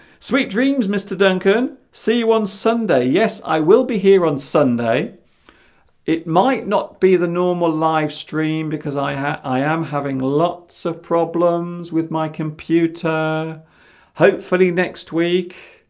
sweet dreams mr. duncan see you on sunday yes i will be here on sunday it might not be the normal livestream because i have i am having lots of problems with my computer hopefully next week